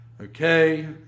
okay